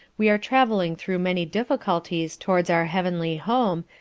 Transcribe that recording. we are travelling through many difficulties towards our heavenly home,